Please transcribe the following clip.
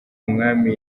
umwami